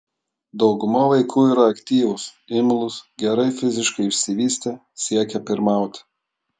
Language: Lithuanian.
dauguma vaikų yra aktyvūs imlūs gerai fiziškai išsivystę siekią pirmauti